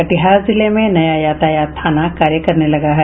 कटिहार जिले में नया यातायात थाना कार्य करने लगा है